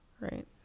Right